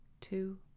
two